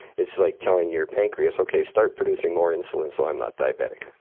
it's like telling your pancreas, okay, start producing more insulin so i'm not diabetic.